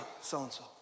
so-and-so